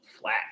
flat